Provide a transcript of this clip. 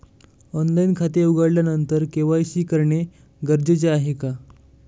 Online खाते उघडल्यानंतर KYC करणे गरजेचे आहे का?